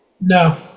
No